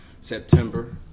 September